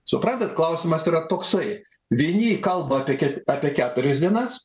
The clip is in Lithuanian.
suprantat klausimas yra toksai vieni kalba apie ket apie keturias dienas